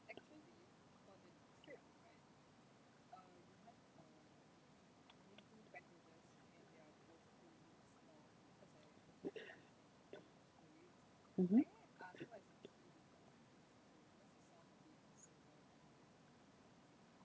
mmhmm